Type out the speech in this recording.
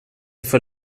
för